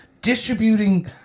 distributing